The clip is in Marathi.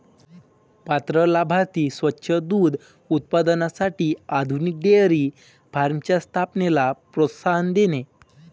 पात्र लाभार्थी स्वच्छ दूध उत्पादनासाठी आधुनिक डेअरी फार्मच्या स्थापनेला प्रोत्साहन देणे